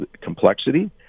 complexity